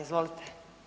Izvolite.